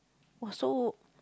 !wah! so